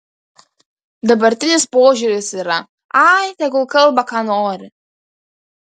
dabartinis požiūris yra ai tegul kalba ką nori